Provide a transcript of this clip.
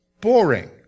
boring